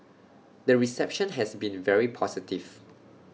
the reception has been very positive